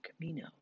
Camino